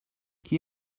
qui